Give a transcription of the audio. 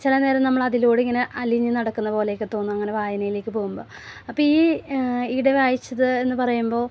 ചിലനേരം നമ്മളതിലൂടെയിങ്ങനെ അലിഞ്ഞ് നടക്കുന്നപോലെയൊക്കെത്തോന്നും അങ്ങനെ വായനയിലേക്ക് പോവുമ്പം അപ്പം ഈ ഈയിടെ വായിച്ചത് എന്ന് പറയുമ്പോൾ